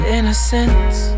Innocence